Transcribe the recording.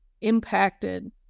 impacted